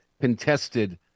contested